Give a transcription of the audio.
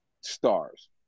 stars